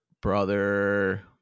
brother